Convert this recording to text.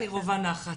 אני רווה נחת.